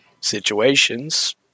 situations